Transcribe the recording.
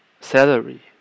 salary